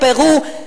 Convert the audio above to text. פרו.